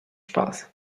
spaß